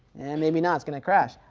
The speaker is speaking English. and maybe not, it's going to crash.